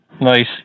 Nice